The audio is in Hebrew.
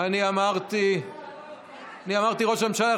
אני אמרתי ראש הממשלה.